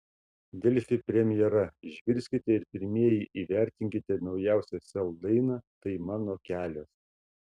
delfi premjera išgirskite ir pirmieji įvertinkite naujausią sel dainą tai mano kelias